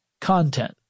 content